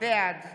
בעד